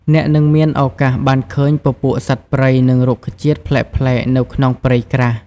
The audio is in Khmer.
អ្នកនឹងមានឱកាសបានឃើញពពួកសត្វព្រៃ និងរុក្ខជាតិប្លែកៗនៅក្នុងព្រៃក្រាស់។